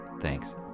Thanks